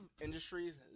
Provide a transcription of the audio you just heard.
industries